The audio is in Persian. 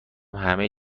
همه